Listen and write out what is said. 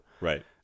Right